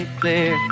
clear